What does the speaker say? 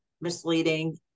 misleading